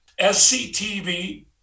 SCTV